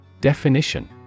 Definition